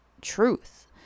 truth